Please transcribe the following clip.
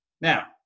Now